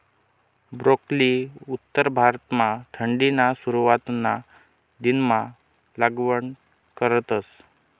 broccoli उत्तर भारतमा थंडीना सुरवातना दिनमा लागवड करतस